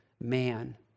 man